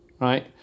right